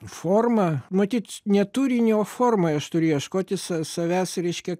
formą matyt ne turiny o formoj aš turiu ieškoti sa savęs reiškia